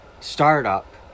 startup